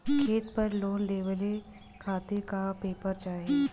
खेत पर लोन लेवल खातिर का का पेपर चाही?